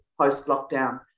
post-lockdown